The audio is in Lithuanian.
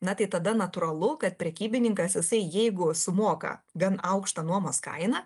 na tai tada natūralu kad prekybininkas jisai jeigu sumoka gan aukštą nuomos kainą